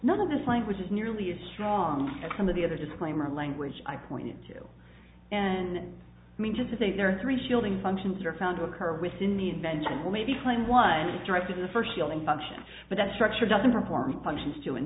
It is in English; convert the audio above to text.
none of this language is nearly as strong as some of the other disclaimer language i pointed to and i mean just to say there are three shielding functions are found occur within the invention or maybe playing one derived in the first feeling function but that structure doesn't perform functions two and